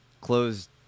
closed